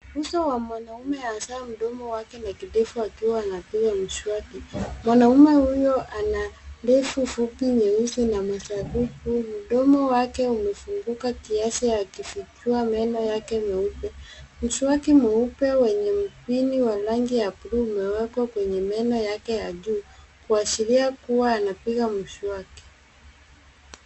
Uso wa mwanaume hasa mdomo wake na kidevu akiwa anapiga mswaki. Mwanaume huyo ana ndevu fupi nyeusi na masharufu, mdomo wake umefunguka kiasi akifichua meno yake nyeupe. Mswaki mweupe wenye mpini wa rangi ya blue umewekwa kwenye meno yake ya juu kuashiria kuwa anapiga mswaki.